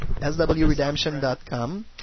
SWRedemption.com